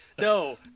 no